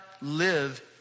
live